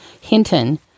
Hinton